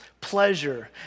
pleasure